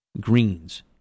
greens